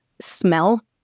Smell